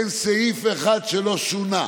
אין סעיף אחד שלא שונה.